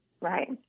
Right